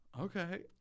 okay